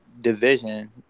division